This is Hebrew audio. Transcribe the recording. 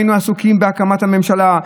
היינו עסוקים בהקמת הממשלה,